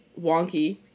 wonky